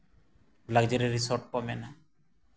luxury resort ᱠᱚ ᱢᱮᱱᱟ